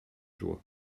joie